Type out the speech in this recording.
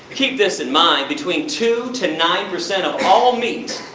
keep this in mind between two to nine percent of all meat,